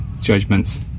judgments